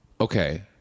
Okay